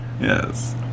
Yes